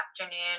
afternoon